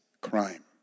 crime